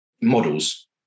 models